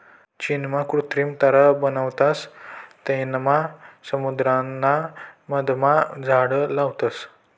चीनमा कृत्रिम तलाव बनावतस तेनमा समुद्राना मधमा झाड लावतस